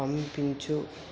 పంపించు